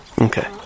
Okay